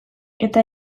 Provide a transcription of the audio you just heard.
eta